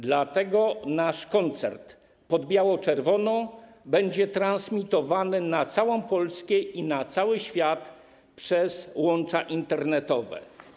Dlatego nasz koncert „Pod biało-czerwoną” będzie transmitowany na całą Polskę i na cały świat przez łącza internetowe.